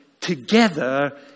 together